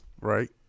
Right